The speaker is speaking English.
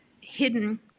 hidden